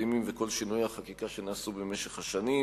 התקדימים וכל שינויי החקיקה שנעשו במשך השנים.